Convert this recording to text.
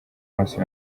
maso